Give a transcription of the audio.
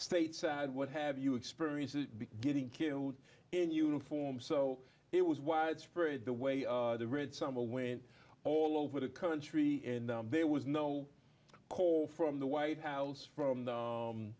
stateside what have you experienced getting killed in uniform so it was widespread the way the red summer went all over the country and there was no call from the white house from the